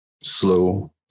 slow